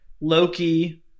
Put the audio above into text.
Loki